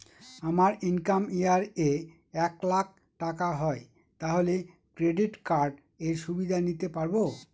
আমার income year এ এক লাক টাকা হয় তাহলে ক্রেডিট কার্ড এর সুবিধা নিতে পারবো?